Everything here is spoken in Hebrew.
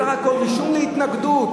בסך הכול רישום להתנגדות,